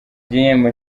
gihembo